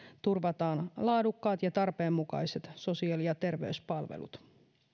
turvataan laadukkaat ja tarpeen mukaiset sosiaali ja terveyspalvelut